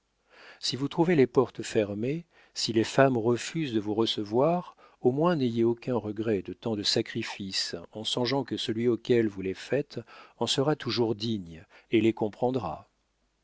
si vous trouvez les portes fermées si les femmes refusent de vous recevoir au moins n'ayez aucun regret de tant de sacrifices en songeant que celui auquel vous les faites en sera toujours digne et les comprendra